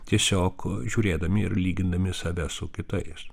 tiesiog žiūrėdami ir lygindami save su kitais